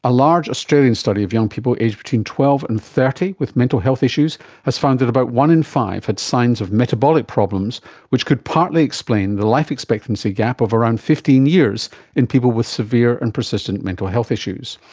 a large australian study of young people aged between twelve and thirty with mental health issues has found about one in five had signs of metabolic problems which could partly explain the life expectancy gap of around fifteen years in people with severe and persistent mental health issues.